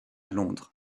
londres